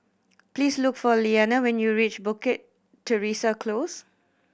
please look for Liana when you reach Bukit Teresa Close